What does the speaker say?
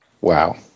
Wow